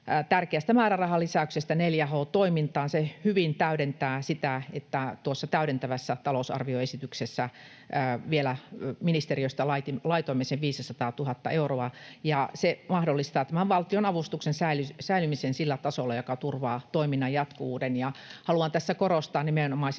tärkeästä määrärahalisäyksestä 4H-toimintaan. Se hyvin täydentää sitä, että tuossa täydentävässä talousarvioesityksessä vielä ministeriöstä laitoimme sen 500 000 euroa. Se mahdollistaa tämän valtion-avustuksen säilymisen sillä tasolla, joka turvaa toiminnan jatkuvuuden. Haluan tässä korostaa nimenomaisesti